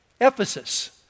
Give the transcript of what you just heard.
Ephesus